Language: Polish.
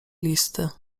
listy